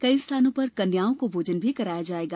कई स्थानों पर कन्याओं को भोजन भी कराया जाएगा